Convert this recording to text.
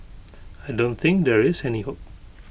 I don't think there is any hope